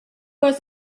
was